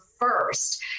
First